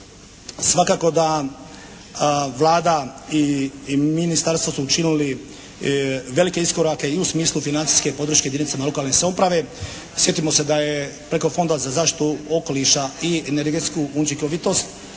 svakako da Vlada i ministarstvo su učinili velike iskorake i u smislu financijske podrške jedinicama lokalne samouprave. Sjetimo se da je preko Fonda za zaštitu okoliša i energetsku učinkovitost